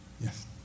Yes